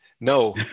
No